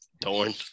Dorn